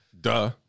Duh